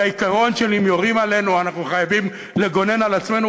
כי העיקרון של: אם יורים עלינו אנחנו חייבים לגונן על עצמנו,